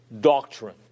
doctrine